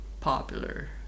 popular